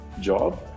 job